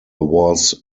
was